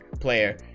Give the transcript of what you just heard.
player